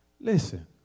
Listen